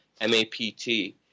MAPT